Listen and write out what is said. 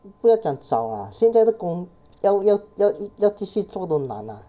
不要讲找 lah 现在的工要要要要要继续做都难 lah